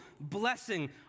blessing